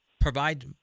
provide